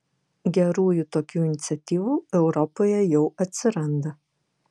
gerųjų tokių iniciatyvų europoje jau atsiranda